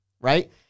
right